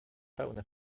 pełne